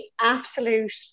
absolute